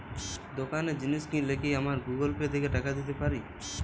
দোকানে জিনিস কিনলে কি আমার গুগল পে থেকে টাকা দিতে পারি?